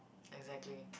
exactly